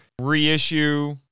reissue